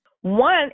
One